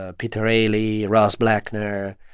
ah peter halley, ross bleckner